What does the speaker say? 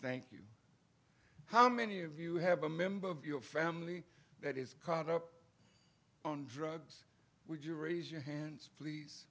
thank you how many of you have a member of your family that is caught up on drugs would you raise your hands please